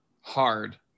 hard